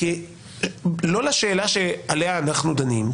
לשאלה שעליה אנחנו דנים.